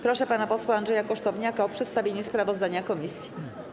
Proszę pana posła Andrzeja Kosztowniaka o przedstawienie sprawozdania komisji.